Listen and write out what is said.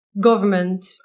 government